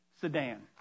sedan